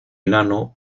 enano